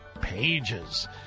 pages